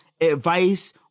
Advice